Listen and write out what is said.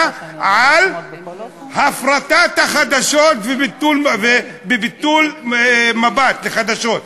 על הפרטת החדשות וביטול "מבט לחדשות".